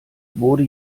wurde